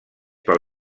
pel